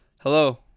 Hello